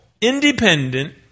independent